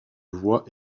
voies